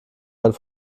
hat